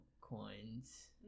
coins